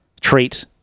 treat